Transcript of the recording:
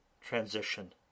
transition